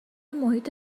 محیط